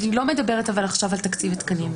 אני לא מדברת עכשיו על תקציב ותקנים.